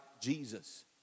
Jesus